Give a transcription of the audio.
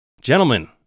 Gentlemen